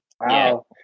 Wow